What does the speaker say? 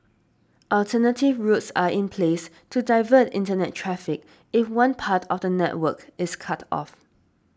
alternative routes are in place to divert Internet traffic if one part of the network is cut off